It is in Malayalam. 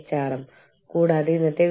സ്രോതസ്സുകൾ